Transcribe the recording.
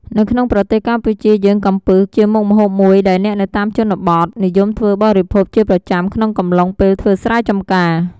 នៅក្នុងប្រទេសកម្ពុជាយើង កំពឹសជាមុខម្ហូបមួយដែលអ្នកនៅតាមជនបទនិយមធ្វើបរិភោគជាប្រចាំក្នុងកំឡុងពេលធ្វើស្រែចំការ។